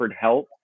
help